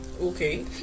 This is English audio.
okay